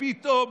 פתאום